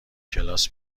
کلاس